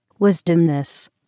wisdomness